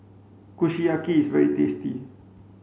Kushiyaki is very tasty